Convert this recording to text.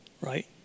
right